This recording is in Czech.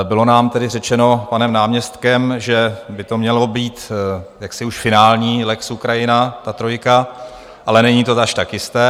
Bylo nám tedy řečeno panem náměstkem, že by to měl být už finální lex Ukrajina, ale není to až tak jisté.